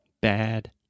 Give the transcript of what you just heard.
bad